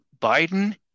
Biden